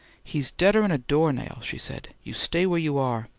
he's deader an a doornail, she said. you stay where you are!